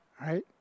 right